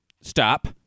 Stop